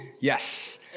Yes